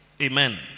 Amen